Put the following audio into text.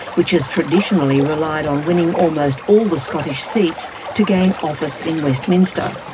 which has traditionally relied on winning almost all the scottish seats to gain office in westminster.